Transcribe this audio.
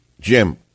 Jim